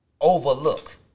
overlook